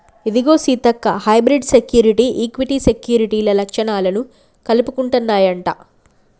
ఇదిగో Seethakka hybrid security, equity సెక్యూరిటీల లచ్చణాలను కలుపుకుంటన్నాయంట